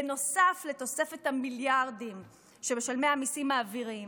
בנוסף לתוספת המיליארדים שמשלמי המיסים מעבירים